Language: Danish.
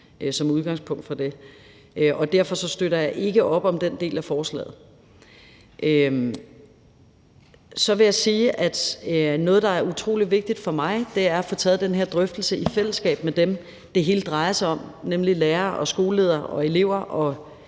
som udgangspunkt for det. Derfor støtter jeg ikke op om den del af forslaget. Så vil jeg sige, at noget, der er utrolig vigtigt for mig, er at få taget den her drøftelse i fællesskab med dem, det hele drejer sig om, nemlig lærere og skoleledere og elever og